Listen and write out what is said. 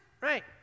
right